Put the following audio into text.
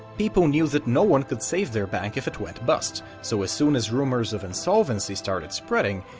people knew that no one could save their bank if it went bust, so as soon as rumors of insolvency started spreading,